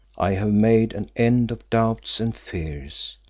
i have made an end of doubts and fears,